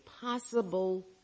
possible